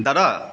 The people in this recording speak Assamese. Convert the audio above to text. দাদা